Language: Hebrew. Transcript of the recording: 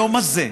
היום הזה,